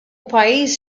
pajjiż